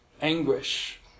anguish